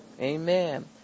Amen